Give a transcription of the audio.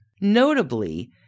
Notably